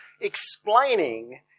explaining